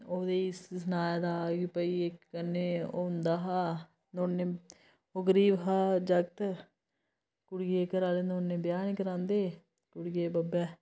ओह्दी च सनाए दा कि भाई इक कन्नै होंदा हा दोनें ओह् गरीब हा जागत कुड़ियै घरै आह्ले नुआढ़े कन्नै ब्याह् नी करांदे कुड़ियै बब्बै